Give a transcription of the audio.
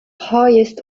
highest